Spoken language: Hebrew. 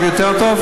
עכשיו יותר טוב?